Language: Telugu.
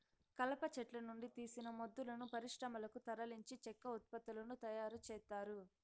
కలప చెట్ల నుండి తీసిన మొద్దులను పరిశ్రమలకు తరలించి చెక్క ఉత్పత్తులను తయారు చేత్తారు